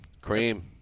Cream